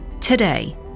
Today